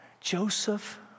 Joseph